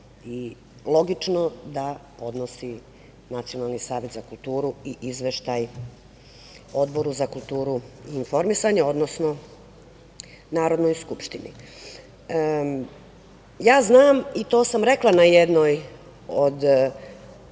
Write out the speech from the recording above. i logično da podnosi Nacionalni savet za kulturu i izveštaj Odboru za kulturu i informisanje, odnosno Narodnoj skupštini. Znam i to sam rekla na jednoj od